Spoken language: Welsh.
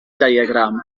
diagram